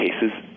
cases